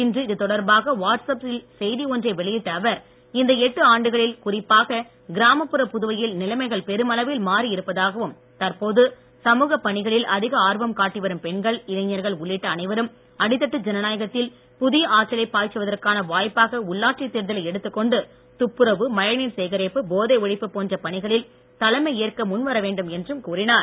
இன்று இது தொடர்பாக வாட்ஸ் அப்பில் செய்தி ஒன்றை வெளியிட்ட அவர் இந்த எட்டு ஆண்டுகளில் குறிப்பாக கிராமப்புற புதுவையில் நிலைமைகள் பெருமளவில் மாறி இருப்பதாகவும் தற்போது சமூக பணிகளில் அதிக ஆர்வம் காட்டி வரும் பெண்கள் இளைஞர்கள் உள்ளிட்ட அனைவரும் அடித்தட்டு ஜனநாயகத்தில் புதிய ஆற்றலை பாய்ச்சுவதற்கான வாய்பாக உள்ளாட்சித் தேர்தலை எடுத்துக்கொண்டு துப்புரவு மழைநீர் சேகரிப்பு போதை ஒழிப்பு போன்ற பணிகளில் தலைமை ஏற்க முன் வரவேண்டும் என்றும் கூறினார்